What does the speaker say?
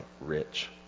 rich